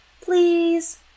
Please